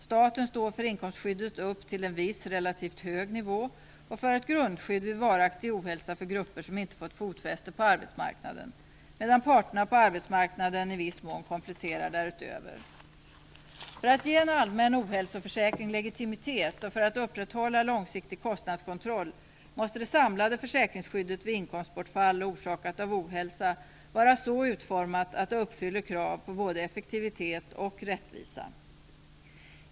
Staten står för inkomstskyddet upp till en viss, relativt hög nivå och för ett grundskydd vid varaktig ohälsa för grupper som inte fått fotfäste på arbetsmarknaden, medan parterna på arbetsmarknaden i viss mån kompletterar därutöver. För att ge en allmän ohälsoförsäkring legitimitet och för att upprätthålla långsiktig kostnadskontroll måste det samlade försäkringsskyddet vid inkomstbortfall orsakat av ohälsa vara så utformat att det uppfyller krav på både effektivitet och rättvisa.